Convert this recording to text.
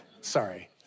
Sorry